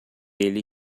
ele